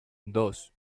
dos